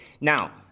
Now